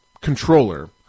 controller